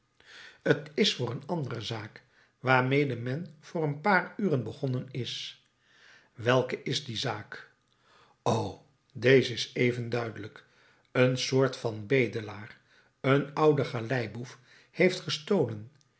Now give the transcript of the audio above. t is voor een andere zaak waarmede men voor een paar uren begonnen is welke is die zaak o deze is even duidelijk een soort van bedelaar een oude galeiboef heeft gestolen